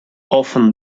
often